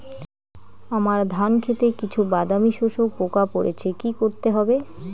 আমার ধন খেতে কিছু বাদামী শোষক পোকা পড়েছে কি করতে হবে?